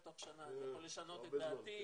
תוך שנה אני יכול לשנות את דעתי,